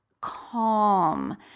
calm